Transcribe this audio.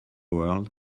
world